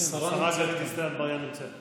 השרה גלית דיסטל אטבריאן נמצאת פה.